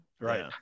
Right